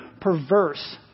perverse